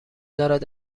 دارد